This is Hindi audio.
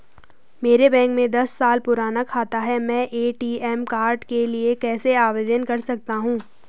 मेरा बैंक में दस साल पुराना खाता है मैं ए.टी.एम कार्ड के लिए कैसे आवेदन कर सकता हूँ?